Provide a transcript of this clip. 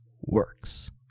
works